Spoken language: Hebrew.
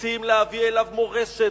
רוצים להביא אליו מורשת,